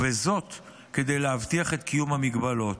וזאת כדי להבטיח את קיום ההגבלות.